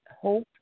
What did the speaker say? hope